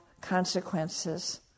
consequences